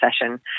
session